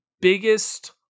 biggest